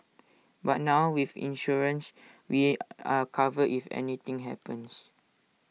but now with insurance we are covered if anything happens